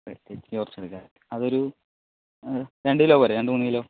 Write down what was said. തെച്ചി കുറച്ചെടുക്കാമല്ലേ അതൊരു രണ്ടു കിലോ പോരെ രണ്ടു മൂന്നു കിലോ